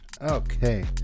Okay